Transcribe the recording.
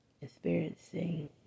experiencing